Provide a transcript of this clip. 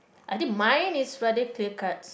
I think mine is rather clear cut